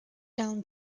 down